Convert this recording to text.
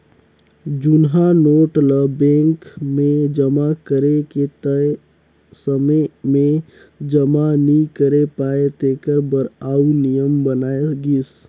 जुनहा नोट ल बेंक मे जमा करे के तय समे में जमा नी करे पाए तेकर बर आउ नियम बनाय गिस